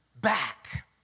back